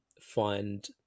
find